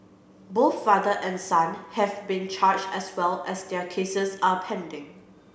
both father and son have been charged as well as their cases are pending